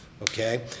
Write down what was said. okay